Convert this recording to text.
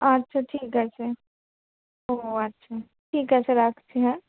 আচ্ছা ঠিক আছে ও আচ্ছা ঠিক আছে রাখছি হ্যাঁ